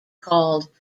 called